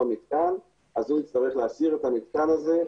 מתקן הוא יצטרך להסיר את המתקן הזה,